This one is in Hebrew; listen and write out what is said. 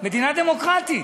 מדינה דמוקרטית,